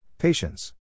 Patience